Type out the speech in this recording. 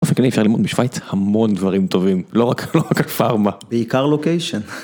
אפשר ללמוד בשוויץ המון דברים טובים לא רק פארמה, בעיקר לוקיישן.